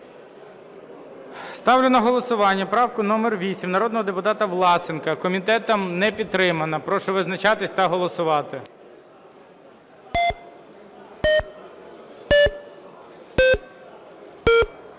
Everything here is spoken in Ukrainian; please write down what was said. Ставлю на голосування правку номер 8 народного депутата Власенка. Комітетом не підтримана. Прошу визначатися та голосувати.